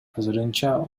азырынча